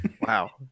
Wow